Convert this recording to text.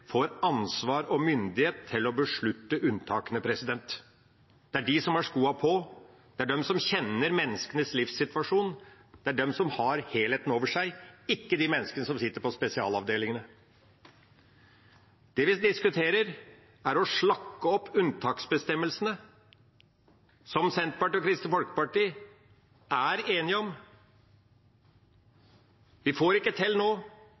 får ansvar og myndighet til å beslutte unntakene. Det er de som har skoene på, det er de som kjenner menneskenes livssituasjon, det er de som har helheten for seg, ikke de menneskene som sitter på spesialavdelingene. Det vi diskuterer, er å slakke på unntaksbestemmelsene, som Senterpartiet og Kristelig Folkeparti er enige om. Vi får det ikke til nå,